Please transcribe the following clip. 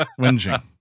whinging